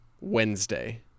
Wednesday